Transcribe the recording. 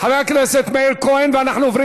ודיור מוגן לאנשים עם מוגבלות שמגיעים לגיל